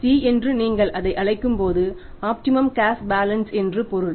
C என்று நீங்கள் அதை அழைக்கும்போது ஆப்டிமம் கேஷ் பேலன்ஸ் என்று பொருள்